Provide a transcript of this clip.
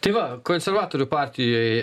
tai va konservatorių partijoj